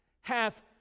hath